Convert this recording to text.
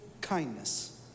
kindness